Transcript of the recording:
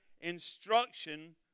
instruction